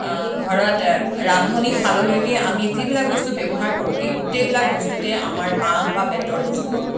ঘৰত ৰান্ধনীশাললৈকে আমি যিবিলাক বস্তু ব্যৱহাৰ কৰোঁ এই গোটেইবিলাক বস্তুতেই আমাৰ বাঁহ বা বেতৰ বস্তু